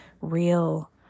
real